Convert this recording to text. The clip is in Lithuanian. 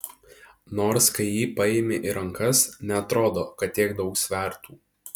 nors kai jį paimi į rankas neatrodo kad tiek daug svertų